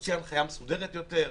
להוציא הנחיה מסודרת יותר,